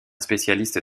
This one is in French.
spécialiste